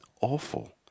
awful